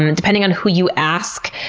um and depending on who you ask,